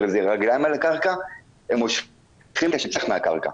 זה רגליים על הקרקע הם מושכים את השטיח מהקרקע,